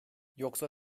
yoksa